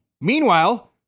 Meanwhile